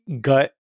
gut